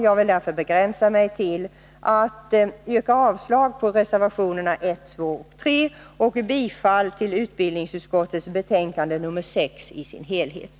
Jag vill därför begränsa mig till att yrka avslag på reservationerna 1, 2 och 3 och bifall till utbildningsutskottets hemställan i dess helhet.